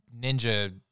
ninja